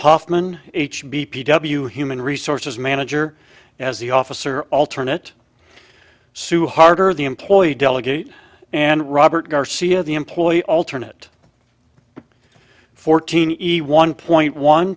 hoffman h b p w human resources manager as the officer alternate su harter the employee delegate and robert garcia the employee alternate fourteen easy one point one